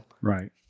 Right